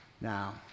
Now